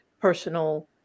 personal